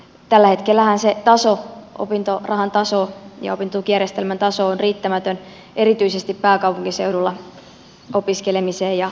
tällä hetkellähän se opintorahan taso ja opintotukijärjestelmän taso on riittämätön erityisesti pääkaupunkiseudulla opiskelemiseen ja asumiseen